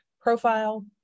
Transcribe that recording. profile